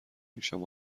میشم